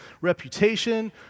reputation